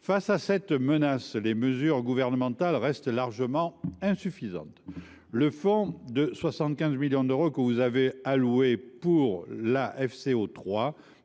Face à cette menace, les mesures gouvernementales restent largement insuffisantes. Le fonds de 75 millions d’euros que vous avez alloué pour la FCO